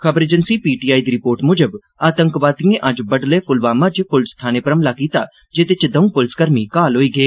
खबर agency P T I दी report मुजब आतंकवादिए अज्ज बड्डलै पुलवामा च पुलस थाने पर हमला कीता जेदे च दौं पुलसकर्मी घायल होई गे